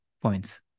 points